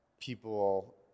people